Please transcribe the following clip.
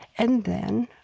and then,